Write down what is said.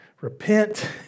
repent